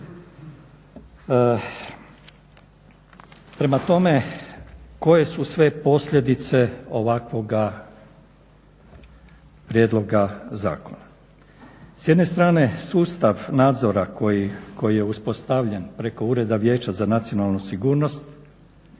Prema tome, koje su sve posljedice ovakvoga prijedloga zakona. S jedne strane sustav nadzora koji je uspostavljen preko ureda Vijeća za nacionalnu sigurnost,